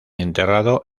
enterrado